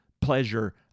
pleasure